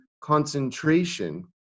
concentration